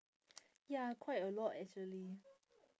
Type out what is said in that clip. ya quite a lot actually